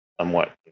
somewhat